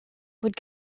would